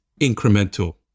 incremental